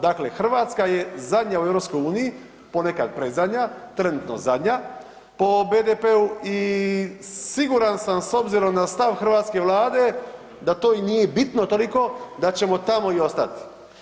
Dakle, Hrvatska je zadnja u EU ponekad predzadnja, trenutno zadnja po BDP-u i siguran sam s obzirom na stav hrvatske Vlade da to i nije bitno toliko da ćemo tamo i ostati.